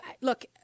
look